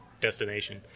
destination